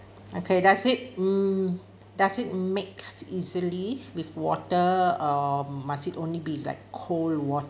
okay does it mm does it mix easily with water or must it only be like cold